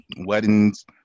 weddings